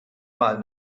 mal